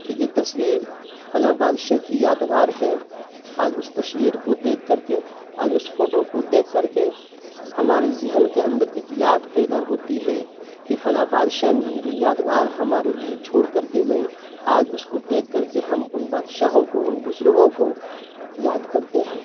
کہ یہ تصویر فلاں بادشاہ کی یادگار ہے آج اس تصویر کو دیکھ کر کے آج اس فوٹو کو دیکھ کر کے ہمارے ذہن کے اندر اک یاد پیدا ہوتی ہے کہ فلاں بادشاہ نہیں یہ یادگار ہمارے لیے چھوڑ کر کے گئے آج اس کو دیکھ کر کے ہم ان بادشاہوں کو ان بزرگوں کو یاد کرتے ہیں